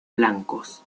blancos